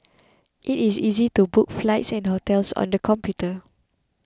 it is easy to book flights and hotels on the computer